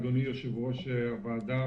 אדוני יושב-ראש הוועדה,